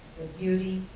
beauty,